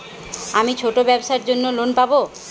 আমি ছোট ব্যবসার জন্য লোন পাব?